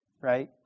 Right